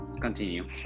continue